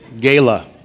Gala